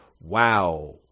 wow